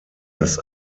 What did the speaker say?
das